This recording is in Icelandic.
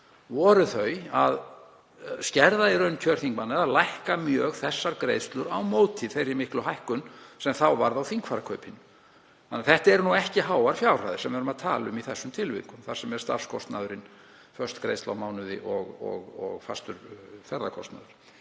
voru þau að skerða í raun kjör þingmanna, eða lækka mjög þessar greiðslur á móti þeirri miklu hækkun sem þá varð á þingfararkaupinu. Þannig að þetta eru ekki háar fjárhæðir sem við erum að tala um í þessum tilvikum, starfskostnaðurinn, föst greiðsla á mánuði, og fastur ferðakostnaður.